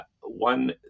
one